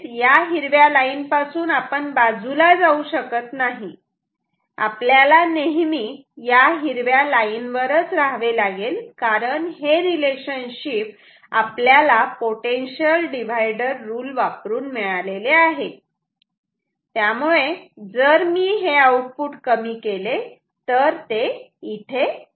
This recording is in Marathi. या हिरव्या लाईनपासून आपण बाजूला जाऊ शकत नाही आपल्याला नेहमी या हिरव्या लाईन वरच राहावे लागेल कारण हे रिलेशनशिप आपल्याला पोटेन्शियल डिव्हायडर रुल वापरून मिळालेले आहे तेव्हा जर मी आउटपुट कमी केले तर इथे असेल